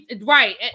Right